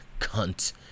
Cunt